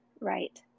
Right